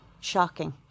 shocking